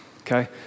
okay